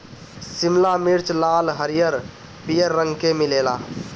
शिमला मिर्च लाल, हरिहर, पियर रंग के मिलेला